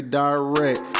direct